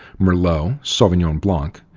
merlot, sauvignon blanc,